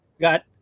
Got